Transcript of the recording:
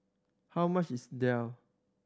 how much is daal